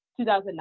2009